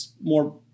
more